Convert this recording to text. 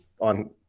on